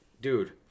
dude